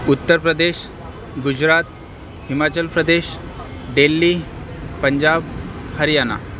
Uttar Pradesh Gujarat Himachal Pradesh Delhi Punjab Haryana